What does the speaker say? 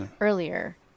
earlier